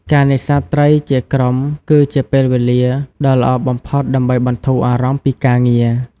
ការនេសាទត្រីជាក្រុមគឺជាពេលវេលាដ៏ល្អបំផុតដើម្បីបន្ធូរអារម្មណ៍ពីការងារ។